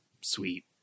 sweet